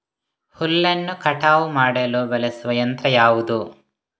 ಹುಲ್ಲನ್ನು ಕಟಾವು ಮಾಡಲು ಬಳಸುವ ಯಂತ್ರ ಯಾವುದು?